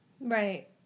right